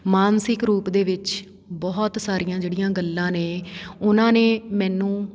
ਮਾਨਸਿਕ ਰੂਪ ਦੇ ਵਿੱਚ ਬਹੁਤ ਸਾਰੀਆਂ ਜਿਹੜੀਆਂ ਗੱਲਾਂ ਨੇ ਉਹਨਾਂ ਨੇ ਮੈਨੂੰ